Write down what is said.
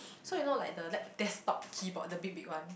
so you know like the lap~ desktop keyboard the big big one